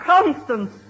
Constance